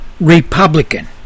Republican